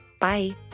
Bye